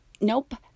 Nope